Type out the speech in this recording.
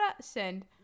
send